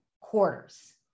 quarters